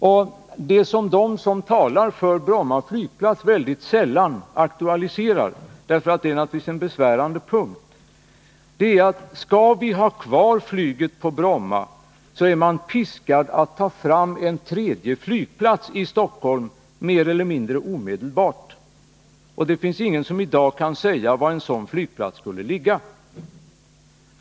Vad de som talar för Bromma flygplats mycket sällan aktualiserar, därför att det naturligtvis är en besvärande punkt, är att om vi skall ha kvar flyget på Bromma är man mer eller mindre piskad att omedelbart ta fram en tredje flygplats i Stockholm. Det finns ingen som i dag kan säga var en sådan flygplats skulle ligga.